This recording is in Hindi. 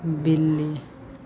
बिल्ली